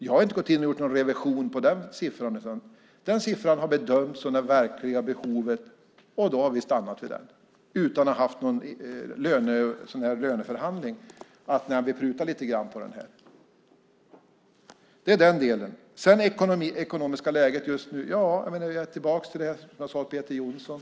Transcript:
Jag har inte gått in och gjort någon revision av den siffran, utan den siffran har bedömts som det verkliga behovet, och då har vi stannat vid den utan någon förhandling för att pruta lite grann. När det gäller det ekonomiska läget just nu är jag tillbaka till det som jag sade till Peter Jonsson.